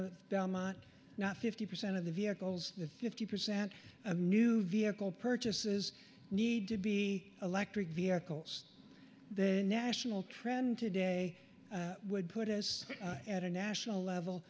of belmont not fifty percent of the vehicles the fifty percent of new vehicle purchases need to be electric vehicles the national trend today would put us at a national level